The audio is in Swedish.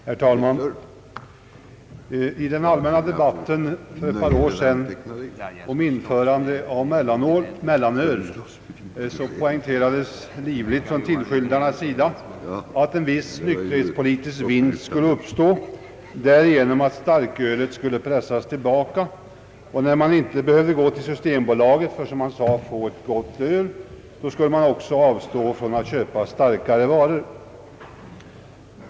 Herr talman! I den allmänna debatten för ett par år sedan om införande av mellanöl poängterades livligt från tillskyndarnas sida, att en viss nykterhetspolitisk vinst kunde väntas uppstå genom att konsumtionen av starköl skulle pressas tillbaka; och när man inte behövde gå till systembolaget för att få ett gott öl, som det sades, skulle man också avstå från att köpa starkare varor.